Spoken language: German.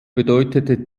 bedeutete